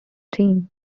team